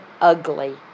ugly